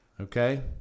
Okay